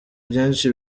byinshi